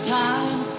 time